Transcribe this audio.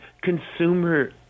consumer